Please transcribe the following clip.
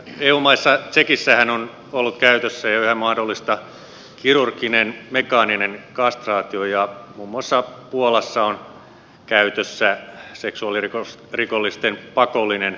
eu maissa tsekissähän on ollut käytössä jo ihan mahdollista kirurginen mekaaninen kastraatio ja muun muassa puolassa on käytössä seksuaalirikollisten pakollinen kastraatio